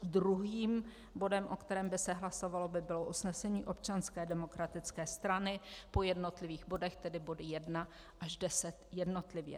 Druhým bodem, o kterém by se hlasovalo, by bylo usnesení Občanské demokratické strany po jednotlivých bodech, tedy body 1 až 10 jednotlivě.